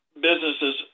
businesses